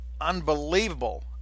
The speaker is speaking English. unbelievable